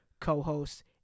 co-host